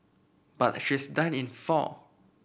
but she's done in four